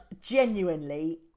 genuinely